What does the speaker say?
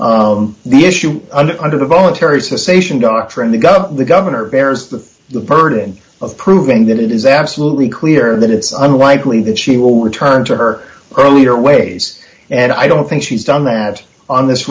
that the issue under under the voluntary association doctrine to govern the governor bears the burden of proving that it is absolutely clear that it's unlikely that she will return to her earlier ways and i don't think she's done that on this